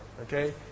Okay